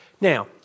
Now